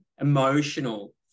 emotional